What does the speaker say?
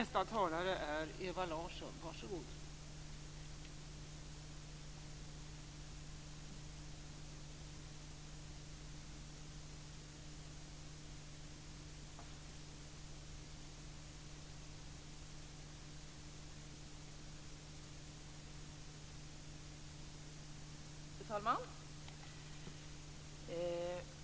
Fru talman!